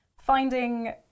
finding